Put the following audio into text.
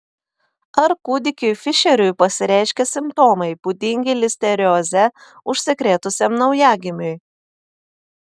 ar kūdikiui fišeriui pasireiškė simptomai būdingi listerioze užsikrėtusiam naujagimiui